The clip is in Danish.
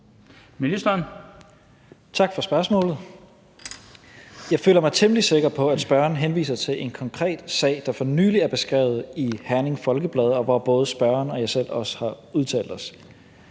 Tesfaye): Tak for spørgsmålet. Jeg føler mig temmelig sikker på, at spørgeren henviser til en konkret sag, der for nylig er beskrevet i Herning Folkeblad, og hvor vi, både spørgeren og også jeg selv, har udtalt os.